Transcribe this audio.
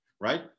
right